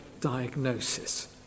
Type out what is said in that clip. diagnosis